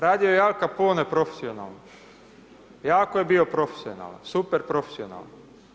Radio je i Al Capone profesionalno, jako je bio profesionalan, super profesionalan.